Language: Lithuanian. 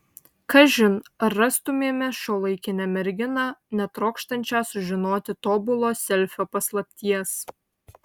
kažin ar rastumėme šiuolaikinę merginą netrokštančią sužinoti tobulo selfio paslapties